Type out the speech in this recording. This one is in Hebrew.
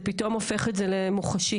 זה פתאום הופך את זה למוחשי.